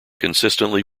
consistently